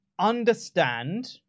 Understand